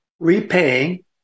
repaying